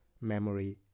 memory